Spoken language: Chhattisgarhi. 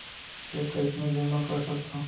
चेक कईसने जेमा कर सकथो?